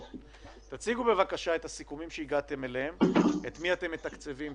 תציגו את הסיכומים שהגעתם אליהם את מי אתם מתקצבים,